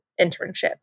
internship